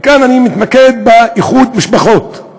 וכאן אני מתמקד באיחוד משפחות.